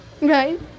right